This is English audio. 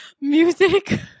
music